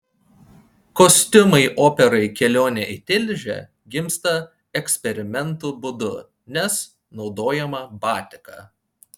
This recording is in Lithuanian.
kostiumai operai kelionė į tilžę gimsta eksperimentų būdu nes naudojama batika